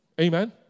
Amen